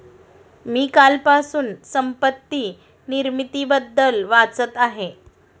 मी कालपासून संपत्ती निर्मितीबद्दल वाचत आहे